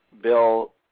Bill